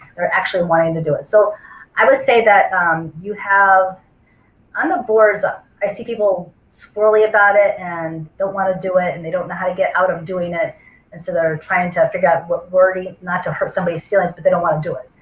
they're actually wanting to do it. so i wouldn't say that you have on the boards ah i see people squirrely about it and don't want to do it and they don't know how to get out of doing it and so they're trying to figure out what not to hurt somebody's feelings but they don't want to do it.